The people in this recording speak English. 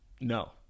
No